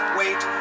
wait